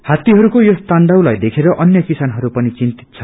हात्तीहरूको यस ताण्डवलाई देखेर अन्य किसानहरू पनि चिन्तित छन्